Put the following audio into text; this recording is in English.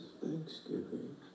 Thanksgiving